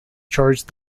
charged